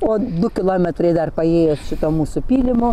o du kilometrai dar paėjus šita mūsų pylimo